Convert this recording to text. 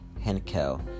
Henkel